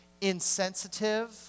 insensitive